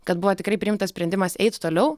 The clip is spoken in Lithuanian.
kad buvo tikrai priimtas sprendimas eit toliau